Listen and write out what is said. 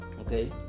okay